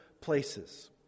places